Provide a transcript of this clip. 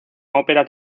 ópera